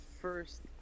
first